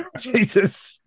jesus